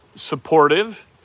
supportive